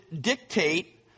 dictate